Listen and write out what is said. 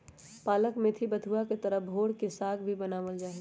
पालक मेथी बथुआ के तरह भोर के साग भी बनावल जाहई